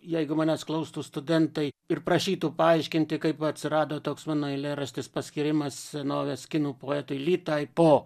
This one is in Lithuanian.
jeigu manęs klaustų studentai ir prašytų paaiškinti kaip atsirado toks mano eilėraštis paskyrimas senovės kinų poetui ly tai po